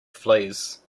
fleas